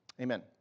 Amen